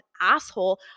asshole